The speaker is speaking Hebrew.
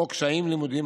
קשיים לימודיים,